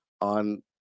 on